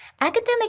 Academic